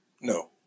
No